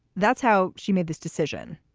that's how she made this decision.